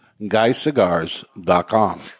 guyscigars.com